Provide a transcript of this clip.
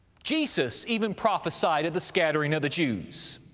jesus even prophesied of the scattering of the jews.